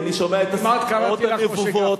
אני שומע את הססמאות הנבובות,